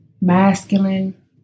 masculine